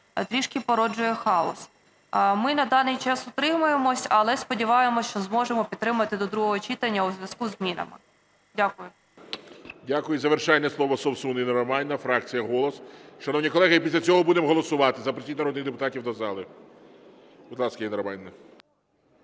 трішки породжує хаос. Ми на даний час утримуємось, але сподіваємось, що зможемо підтримати до другого читання у зв'язку зі змінами. Дякую. ГОЛОВУЮЧИЙ. Дякую. І завершальне слово – Совсун Інна Романівна, фракція "Голос". Шановні колеги, і після цього будемо голосувати. Запросіть народних депутатів до зали. Будь ласка, Інна Романівна.